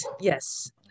Yes